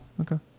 Okay